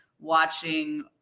watching